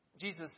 Jesus